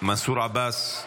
מנסור עבאס?